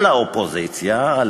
על האופוזיציה, על